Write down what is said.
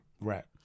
right